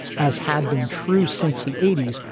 as had been true since the eighty s.